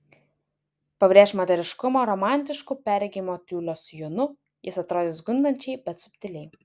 pabrėžk moteriškumą romantišku perregimo tiulio sijonu jis atrodys gundančiai bet subtiliai